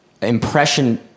impression